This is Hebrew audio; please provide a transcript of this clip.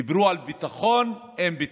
דיברו על ביטחון אין ביטחון,